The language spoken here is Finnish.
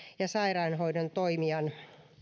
ja sairaanhoidon toimijan